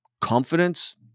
confidence